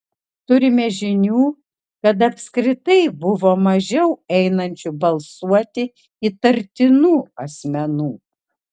turime žinių kad apskritai buvo mažiau einančių balsuoti įtartinų asmenų